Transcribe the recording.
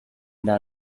the